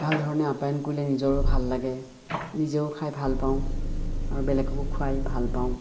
ভাল ধৰণে আপ্য়ায়ন কৰিলে নিজৰো ভাল লাগে নিজেও খাই ভাল পাওঁ আৰু বেলেগকো খুৱাই ভাল পাওঁ